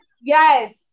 Yes